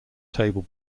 table